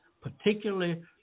particularly